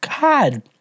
God